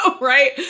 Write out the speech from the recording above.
right